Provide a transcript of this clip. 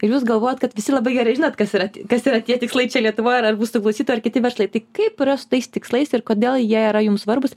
ir jūs galvojat kad visi labai gerai žinot kas yra kas yra tie tikslai čia lietuvoj ar ar mūsų klausytojai ar kiti verslai tai kaip yra su tais tikslais ir kodėl jie yra jums svarbūs